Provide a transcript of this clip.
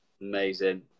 Amazing